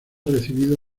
recibido